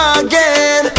again